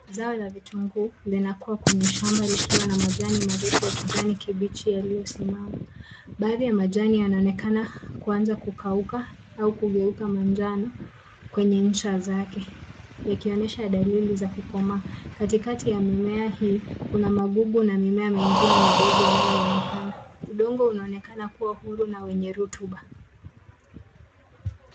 Zao la vitunguu linakua kwenye shamba, likiwa na majani marefu ya kijani kibichi yaliyosimama. Baadhi ya majani yanaonekana kuanza kukauka au kugeuka manjano kwenye ncha zake, yakionyesha dalili za kukomaa. Katikati ya mimea hii, kuna magugu na mimea mingine midogo inayoonekana. Udongo uanonekana kuwa huru na wenye rotuba.